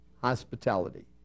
hospitality